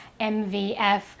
MVF